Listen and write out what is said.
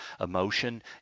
Emotion